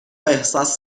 احساس